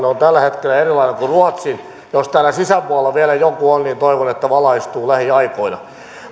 on tällä hetkellä erilainen kuin ruotsin jos täällä sisäpuolella vielä joku on niin toivon että valaistuu lähiaikoina